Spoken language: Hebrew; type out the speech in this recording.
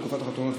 תקופת החתונות,